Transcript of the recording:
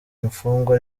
imfungwa